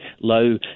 low